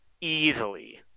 easily